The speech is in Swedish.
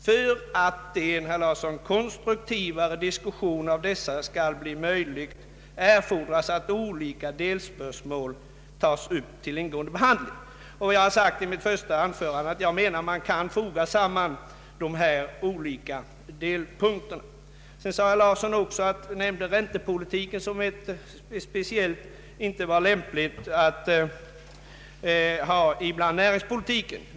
För att en konstruktiv diskussion av dessa skall bli möjlig erfordras att olika delspörsmål tas upp till ingående behandling.” Jag sade i mitt första anförande att man kan foga samman de olika delpunkterna. Vidare sade herr Åke Larsson att det inte var lämpligt att föra in räntepolitiken i näringspolitiken.